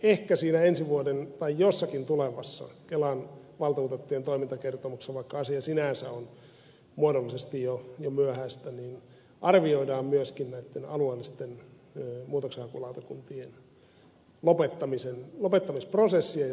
ehkä siinä ensi vuoden tai jossakin tulevassa kelan valtuutettujen toimintakertomuksessa vaikka asia sinänsä on muodollisesti jo myöhäistä arvioidaan myöskin näitten alueellisten muutoksenhakulautakuntien lopettamisprosessia ja sen seurauksia